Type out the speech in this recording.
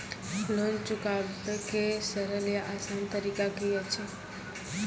Loan चुकाबै के सरल या आसान तरीका की अछि?